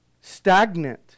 stagnant